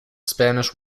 spanish